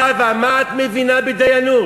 זהבה: מה את מבינה בדיינות?